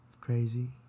Crazy